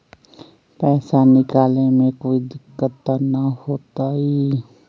पैसा निकाले में कोई दिक्कत त न होतई?